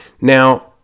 Now